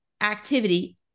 activity